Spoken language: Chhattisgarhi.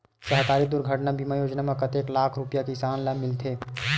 सहकारी दुर्घटना बीमा योजना म कतेक लाख रुपिया किसान ल मिलथे?